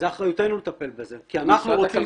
זאת אחריותנו לטפל בזה כי בסוף אנחנו רוצים